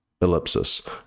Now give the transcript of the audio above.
Ellipsis